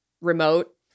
remote